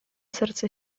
serce